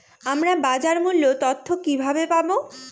আমরা বাজার মূল্য তথ্য কিবাবে পাবো?